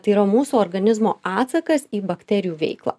tai yra mūsų organizmo atsakas į bakterijų veiklą